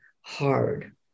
hard